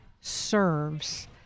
serves